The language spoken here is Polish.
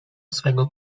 swego